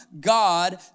God